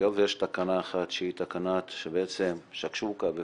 היות שיש תקנה אחרת שהיא תקנת שקשוקה בעצם,